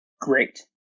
Great